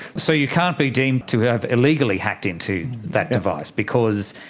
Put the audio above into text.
so you can't be deemed to have illegally hacked into that device because,